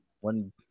One